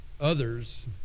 others